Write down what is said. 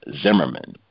Zimmerman